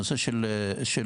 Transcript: בנושא של תרבות,